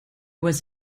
was